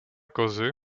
kozy